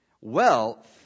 Wealth